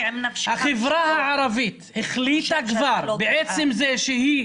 החברה הערבית החליטה כבר בעצם זה שהיא